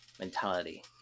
mentality